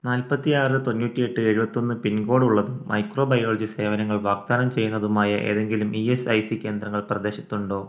നാല്പത്തിയാറ് തൊണ്ണൂറ്റി എട്ട് എഴുപത്തി ഒന്ന് പിൻകോഡ് ഉള്ളതും മൈക്രോബയോളജി സേവനങ്ങൾ വാഗ്ദാനം ചെയ്യുന്നതുമായ ഏതെങ്കിലും ഇ എസ് ഐ സി കേന്ദ്രങ്ങൾ പ്രദേശത്ത് ഉണ്ടോ